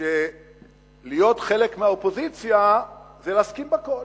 שלהיות חלק מהאופוזיציה זה להסכים בכול.